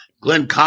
Glenn